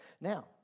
Now